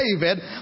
David